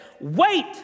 wait